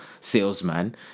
salesman